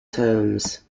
terms